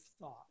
thought